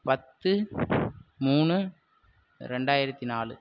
பத்து மூணு ரெண்டாயிரத்தி நாலு